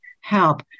help